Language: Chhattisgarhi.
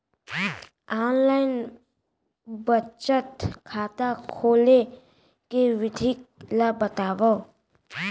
ऑनलाइन बचत खाता खोले के विधि ला बतावव?